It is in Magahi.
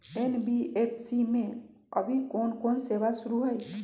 एन.बी.एफ.सी में अभी कोन कोन सेवा शुरु हई?